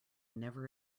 never